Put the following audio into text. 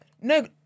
No